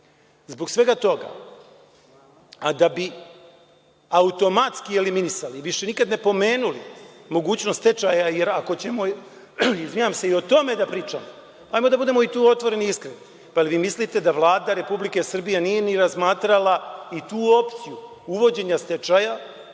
svega toga, a da bi automatski eliminisali, više nikad ne pomenuli mogućnost stečaja, ako ćemo i o tome da pričamo, ajmo da budemo i tu otvoreni i iskreni. Pa jel vi mislite da Vlada RS nije ni razmatrala i tu opciju uvođenja stečaja